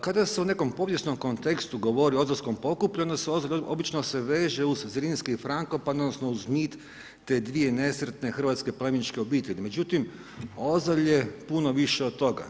Kada se u nekom povijesnom kontekstu govori o Ozaljskom pokuplju onda se, obično se veže uz Zrinski i Frankopane odnosno uz mit te dvije nesretne hrvatske plemićke obitelji, međutim Ozalj je puno više od toga.